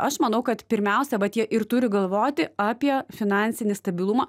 aš manau kad pirmiausia vat jie ir turi galvoti apie finansinį stabilumą